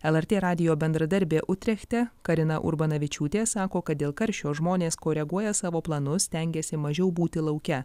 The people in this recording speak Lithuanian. lrt radijo bendradarbė utrechte karina urbanavičiūtė sako kad dėl karščio žmonės koreguoja savo planus stengiasi mažiau būti lauke